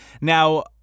Now